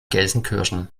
gelsenkirchen